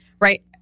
right